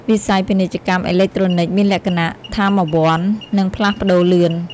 វិស័យ ពាណិជ្ជកម្មអេឡិចត្រូនិក មានលក្ខណៈថាមវន្ត និងផ្លាស់ប្តូរលឿន។